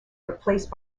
replaced